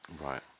Right